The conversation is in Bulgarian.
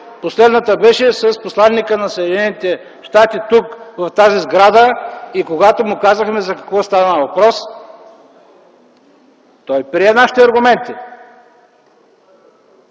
Последната беше с посланика на САЩ в тази сграда и когато му казахте за какво става въпрос, той прие нашите аргументи.